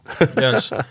Yes